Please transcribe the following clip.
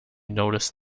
noticed